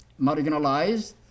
marginalized